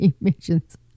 emissions